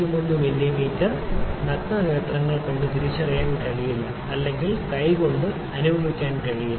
01 millimetre ഇത് നഗ്നനേത്രങ്ങളാൽ തിരിച്ചറിയാൻ കഴിയില്ല അല്ലെങ്കിൽ കൈകൊണ്ട് അനുഭവിക്കാൻ കഴിയില്ല